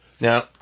Now